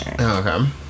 Okay